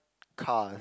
car